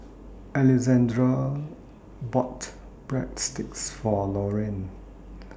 Alexandre bought Breadsticks For Loriann